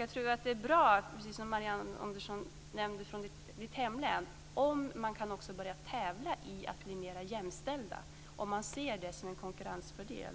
Jag tror också att det är bra om man som i Marianne Anderssons hemlän kan börja tävla i att bli mer jämställda, om man ser det som en konkurrensfördel.